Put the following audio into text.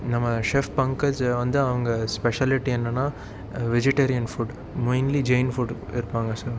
நம்ம செஃப் பங்கஜ் வந்து அவங்க ஸ்பெஷலிட்டி என்னென்னால் vegetarian food mainly Jain food